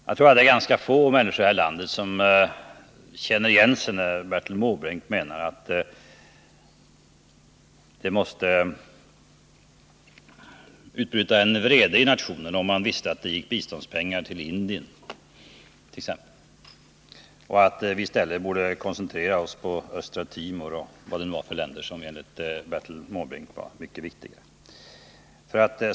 Jag tror att ganska få människor i det här landet skulle känna den vrede han menar skulle bli följden om man visste att det gick biståndspengar till exempelvis Indien. Bertil Måbrink säger att vi i stället borde koncentrera oss på Östra Timor och andra länder som enligt honom är viktigare.